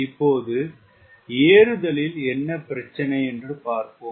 இப்போது ஏறுதலில் என்ன பிரச்சினை என்று பார்ப்போம்